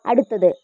അടുത്തത്